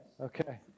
okay